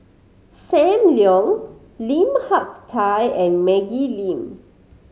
Sam Leong Lim Hak Tai and Maggie Lim